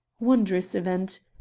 wondrous event!